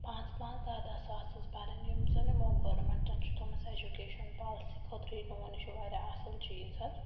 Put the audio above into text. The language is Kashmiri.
پانٛژھ پانٛژھ دَہ دَہ ساس حظ بَرٕنۍ یِم زَن یِمو گورمٮ۪نٛٹَن چھِ تھٲومٕژ اٮ۪جُکیشَن پالسی خٲطرٕ یہِ لون یہِ چھُ واریاہ اَصٕل چیٖز حظ